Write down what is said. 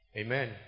Amen